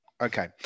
Okay